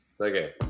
Okay